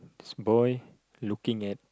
this boy looking at